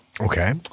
Okay